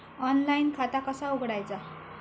Online खाता कसा उघडायचा?